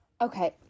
okay